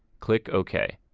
click ok